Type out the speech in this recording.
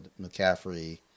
McCaffrey